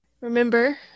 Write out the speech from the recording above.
Remember